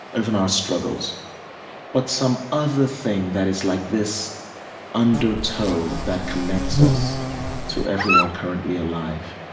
even our struggles but some other thing that is like this undertow that connects us to everyone currently alive